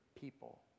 people